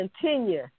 continue